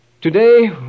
Today